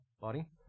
body